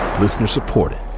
Listener-supported